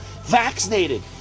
vaccinated